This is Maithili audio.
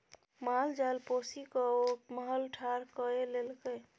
माल जाल पोसिकए ओ महल ठाढ़ कए लेलकै